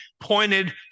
pointed